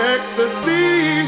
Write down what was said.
Ecstasy